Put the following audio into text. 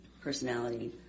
personality